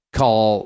call